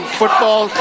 football